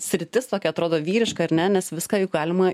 sritis tokia atrodo vyriška ar ne nes viską juk galima